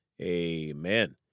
amen